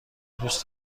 دوست